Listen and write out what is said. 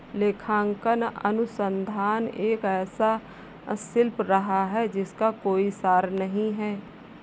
लेखांकन अनुसंधान एक ऐसा शिल्प रहा है जिसका कोई सार नहीं हैं